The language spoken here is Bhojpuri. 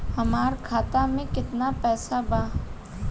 हमार खाता में केतना पैसा बा?